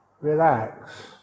Relax